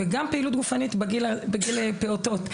וגם פעילות גופנית בגיל פעוטות,